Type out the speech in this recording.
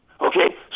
Okay